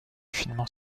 finement